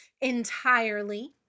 entirely